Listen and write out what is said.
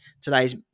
today's